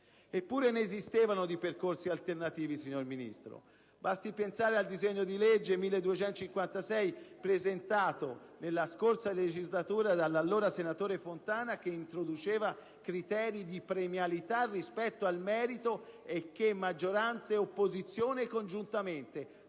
Eppure ne esistevano di percorsi alternativi, signor Ministro. Basti pensare al disegno di legge n. 1256, presentato nella scorsa legislatura dall'allora senatore Fontana, che introduceva criteri di premialità rispetto al merito e che maggioranza e opposizione decisero congiuntamente